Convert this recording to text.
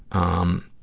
um,